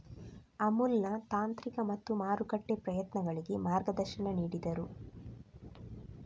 ಅಮುಲ್ನ ತಾಂತ್ರಿಕ ಮತ್ತು ಮಾರುಕಟ್ಟೆ ಪ್ರಯತ್ನಗಳಿಗೆ ಮಾರ್ಗದರ್ಶನ ನೀಡಿದರು